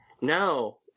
No